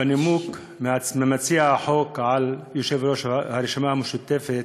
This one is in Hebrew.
בנימוק של מציע החוק על יושב-ראש הרשימה המשותפת,